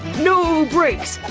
no breaks!